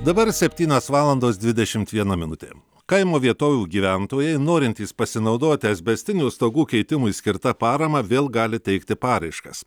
dabar septynios valandos dvidešimt viena minutė kaimo vietovių gyventojai norintys pasinaudoti asbestinių stogų keitimui skirta parama vėl gali teikti paraiškas